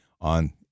on